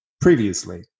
previously